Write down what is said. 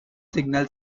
signal